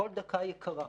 כל דקה היא יקרה.